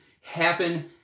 happen